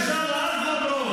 על אפך ועל חמתך.